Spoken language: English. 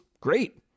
great